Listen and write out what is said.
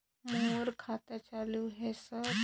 मोर खाता चालु हे सर?